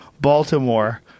Baltimore